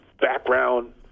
background